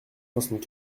soixante